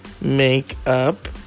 Makeup